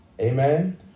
Amen